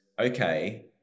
okay